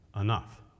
enough